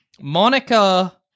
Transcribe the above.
Monica